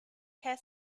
care